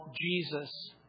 Jesus